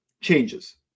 changes